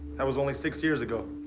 that was only six years ago.